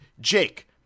Jake